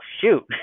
shoot